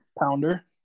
Pounder